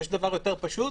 יש דבר יותר פשוט?